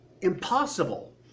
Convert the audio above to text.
impossible